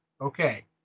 okay